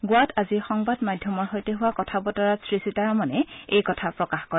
গোৱাত আজি সংবাদ মাধ্যমৰ সৈতে হোৱা কথা বতৰাত শ্ৰীসীতাৰমনে এই কথা প্ৰকাশ কৰে